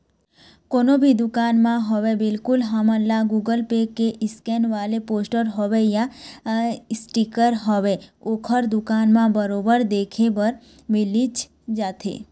कोनो भी दुकान म होवय बिल्कुल हमन ल गुगल पे के स्केन वाले पोस्टर होवय या इसटिकर होवय ओखर दुकान म बरोबर देखे बर मिलिच जाथे